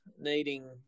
needing